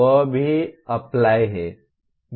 वह अभी भी अप्लाई है